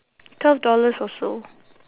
twelve dollars also